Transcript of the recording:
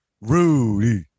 Rudy